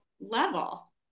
level